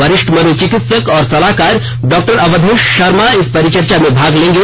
वरिष्ठ मनोचिकित्सक और सलाहकार डॉक्टर अवधेश शर्मा इस परिचर्चा में भाग लेंगे